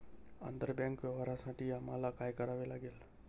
आंतरबँक व्यवहारांसाठी आम्हाला काय करावे लागेल?